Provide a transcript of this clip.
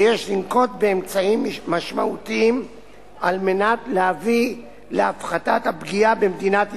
ויש לנקוט אמצעים משמעותיים כדי להביא להפחתת הפגיעה במדינת ישראל.